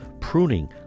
pruning